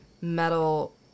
metal